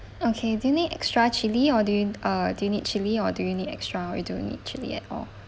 okay do you need extra chilli or do you uh do you need chili or do you need extra or you don't need chilli at all